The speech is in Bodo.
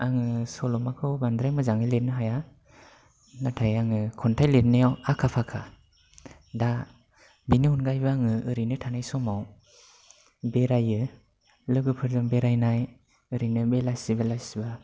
आङो सल'माखौ बांद्राय मोजाङै लिरनो हाया नाथाय आङो खन्थाइ लिरनायाव आखा फाखा दा बिनि अनगायैबो आङो ओरैनो थानाय समाव बेरायो लोगोफोरजों बेरायनाय ओरैनो बेलासि बेलासिब्ला